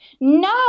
No